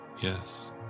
Yes